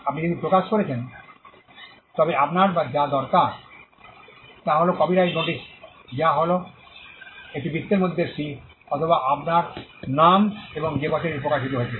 আপনি যদি কিছু প্রকাশ করছেন তবে আপনার যা করা দরকার তা হল কপিরাইট নোটিশ যা হল একটি বৃত্তের মধ্যে c আপনার নাম এবং যে বছর এটি প্রকাশিত হয়েছিল